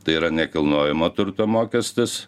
tai yra nekilnojamo turto mokestis